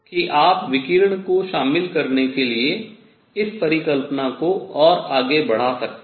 कि आप विकिरण को शामिल करने के लिए इस परिकल्पना को और आगे बढ़ा सकते हैं